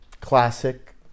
classic